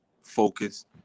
focus